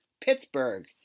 Pittsburgh